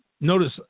notice